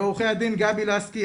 לעורכי הדין גבי לסקי,